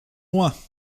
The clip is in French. moi